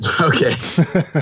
Okay